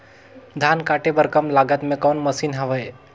धान काटे बर कम लागत मे कौन मशीन हवय?